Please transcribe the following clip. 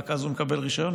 ורק אז הוא מקבל רישיון,